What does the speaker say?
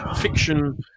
fiction